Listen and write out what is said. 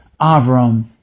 Avram